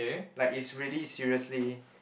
like is really seriously